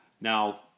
Now